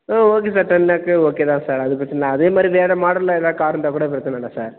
ஆ okay sir ten லேக்கு okay தான் sir அது பிரச்சனை இல்லை அதே மாதிரி வேற மாடல்ல எதாது கார் இருந்தால் கூட பிரச்சனை இல்லை சார்